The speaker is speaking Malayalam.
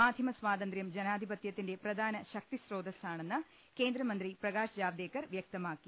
മാധ്യമ സ്വാതന്ത്ര്യം ജനാധിപത്യത്തിന്റെ പ്രധാന ശക്തിസ്രോ തസ്സാണെന്ന് കേന്ദ്ര മന്ത്രി പ്രകാശ് ജാവ്ദേക്കർ വ്യക്തമാ ക്കി